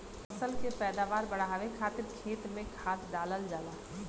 फसल के पैदावार बढ़ावे खातिर खेत में खाद डालल जाला